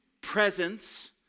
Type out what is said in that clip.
presence